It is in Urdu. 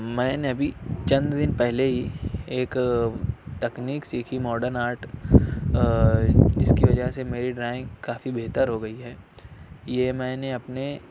میں نے ابھی چند دن پہلے ہی ایک تکنیک سیکھی ماڈرن آرٹ جس کی وجہ سے میری ڈرائنگ کافی بہتر ہو گئی ہے یہ میں نے اپنے